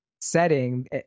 setting